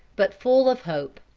but full of hope.